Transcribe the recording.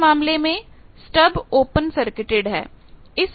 इस मामले में स्टबओपन सर्किटड हैं